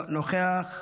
אינו נוכח,